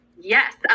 Yes